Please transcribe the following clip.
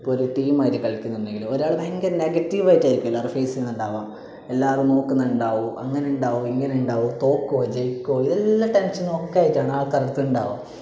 ഇപ്പോൾ ഒരു ടീമായിട്ട് കളിക്കുന്നുണ്ടെങ്കിൽ ഒരാൾ ഭയങ്കര നെഗറ്റീവായിട്ടായിരിക്കുമല്ലോ അത് ഫേസ് ചെയ്യുന്നുണ്ടാവുക എല്ലാവരും നോക്കുന്നുണ്ടാവും അങ്ങനെ ഉണ്ടാവും ഇങ്ങനെ ഉണ്ടാവും തോക്കുമോ ജയിക്കുമോ ഇതെല്ലാം ടെൻഷനൊക്കെ ആയിട്ടാണ് ആൾക്കാർ അടുത്തുണ്ടാവുക